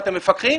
אתם מפקחים?